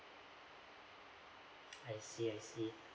I see I see